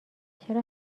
چرا